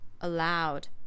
allowed